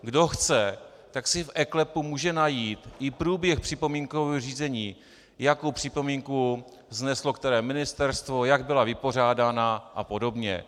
Kdo chce, tak si v eKLEPu může najít i průběh připomínkového řízení, jakou připomínku vzneslo které ministerstvo, jak byla pořádána apod.